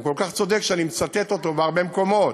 הוא כל כך צודק שאני מצטט אותו בהרבה מקומות.